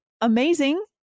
amazing